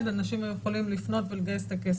אנשים היו יכולים לפנות ולגייס את הכסף.